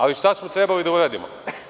Ali, šta je trebalo da uradimo?